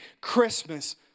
Christmas